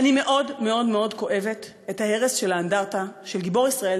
אני מאוד מאוד כואבת את ההרס של האנדרטה של גיבור ישראל,